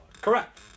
Correct